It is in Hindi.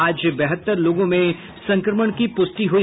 आज बहत्तर लोगों में संक्रमण की प्रष्टि हुई